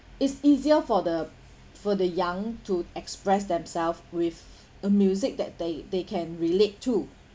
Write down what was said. it's easier for the for the young to express themselves with a music that they they can relate to